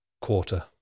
quarter